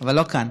אבל לא כאן.